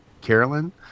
Carolyn